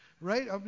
Right